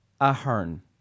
Ahern